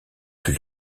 plus